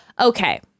Okay